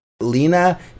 Lena